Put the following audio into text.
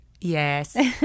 Yes